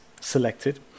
selected